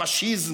הפשיזם".